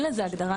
אין לזה הגדרה.